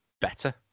better